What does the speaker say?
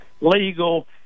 legal